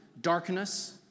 darkness